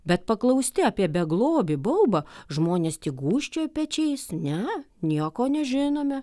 bet paklausti apie beglobį baubą žmonės tik gūžčioja pečiais ne nieko nežinome